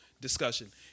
discussion